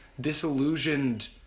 disillusioned